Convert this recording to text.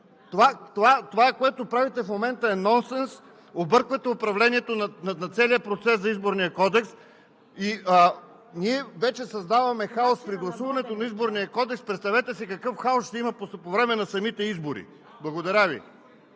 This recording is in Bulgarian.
Това, което правите в момента е нонсенс. Обърквате управлението на целия процес за Изборния кодекс. Ние вече създаваме хаос при гласуването на Изборния кодекс, представете си какъв хаос ще има по време на самите избори! Благодаря Ви.